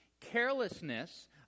carelessness